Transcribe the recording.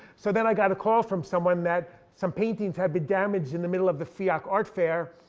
so then i got a call from someone that some paintings had been damaged in the middle of the fiac art fair.